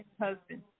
husband